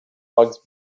bugs